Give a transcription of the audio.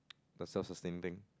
the self sustaining thing